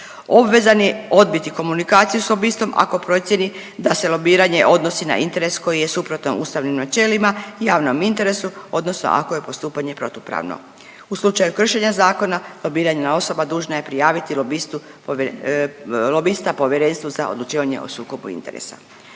Obvezan je odbiti komunikaciju s lobistom ako procijeni da se lobiranje odnosi na interes koji je suprotan ustavnim načelima, javnom interesu odnosno ako je postupanje protupravno. U slučaju kršenja zakona lobirana osoba dužna je prijaviti lobistu po…, lobista Povjerenstvu za odlučivanje o sukobu interesa.